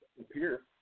appear